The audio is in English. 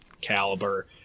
caliber